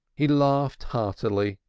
he laughed heartily,